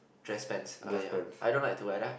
dress pants uh ya I don't like to wear that